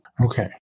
Okay